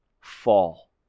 fall